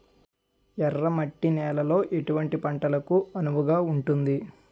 ఎర్ర మట్టి నేలలో ఎటువంటి పంటలకు అనువుగా ఉంటుంది?